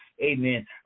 Amen